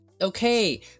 okay